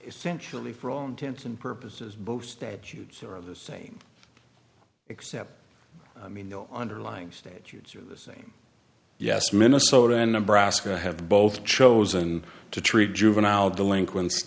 essentially for all intents and purposes both states use are the same except i mean the underlying stages are the same yes minnesota and nebraska have both chosen to treat juvenile delinquents